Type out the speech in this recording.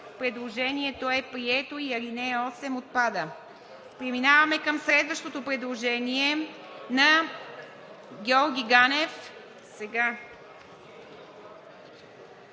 Предложението е прието и ал. 8 отпада. Преминаваме към следващото предложение на Георги Ганев